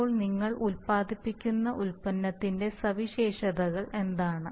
ഇപ്പോൾ നിങ്ങൾ ഉൽപാദിപ്പിക്കുന്ന ഉൽപ്പന്നത്തിന്റെ സവിശേഷതകൾ എന്താണ്